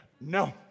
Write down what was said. No